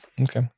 Okay